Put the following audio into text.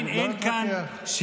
גם אחרי תקציבי העתק,